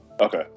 Okay